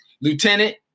lieutenant